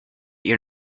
your